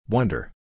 Wonder